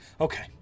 okay